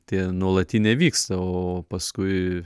tie nuolatiniai vyksta o paskui